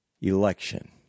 election